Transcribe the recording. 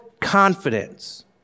confidence